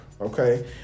okay